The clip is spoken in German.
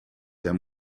der